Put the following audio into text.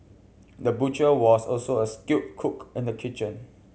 the butcher was also a skilled cook in the kitchen